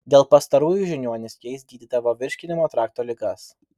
dėl pastarųjų žiniuonys jais gydydavo virškinimo trakto ligas